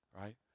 right